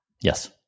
Yes